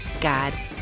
God